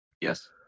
Yes